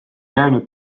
jäänud